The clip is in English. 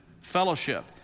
fellowship